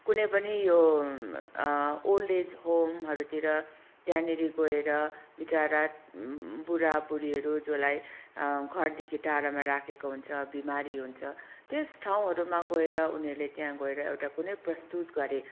कुनै पनि यो ओल्ड एज होमहरूतिर त्यहाँनिर गएर विचारा बुढाबुढीहरू जसलाई घरदेखि टाढामा राखिएको हुन्छ बिमारी हुन्छ त्यस ठाउँहरूमा गएर उनीहरूले त्यहाँ गएर एउटा कुनै प्रस्तुत गरे